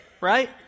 Right